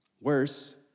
Worse